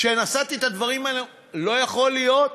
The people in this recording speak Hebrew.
כשנשאתי את הדברים האלה אמרו: לא יכול להיות,